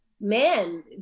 man